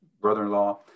brother-in-law